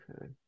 Okay